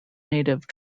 native